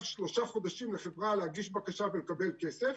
שלושה חודשים לחברה להגיש בקשה ולקבל כסף,